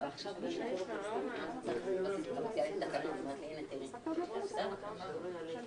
שיש בה דיונים עמוקים ומגיעים, ככל שניתן,